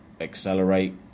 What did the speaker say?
accelerate